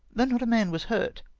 though not a man was hurt.